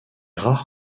rares